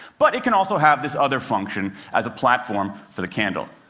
but it can also have this other function as a platform for the candle.